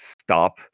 stop